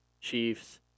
Chiefs